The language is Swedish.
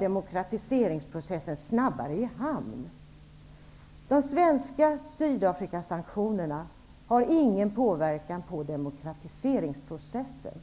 demokratiseringsprocessen så att säga snabbare puffas i hamn. De svenska Sydafrikasanktionerna har ingen påverkan på demokratiseringsprocessen.